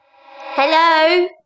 Hello